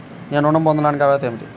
నేను ఋణం పొందటానికి అర్హత ఏమిటి?